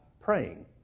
praying